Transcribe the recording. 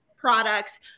products